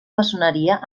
maçoneria